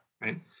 right